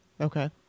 okay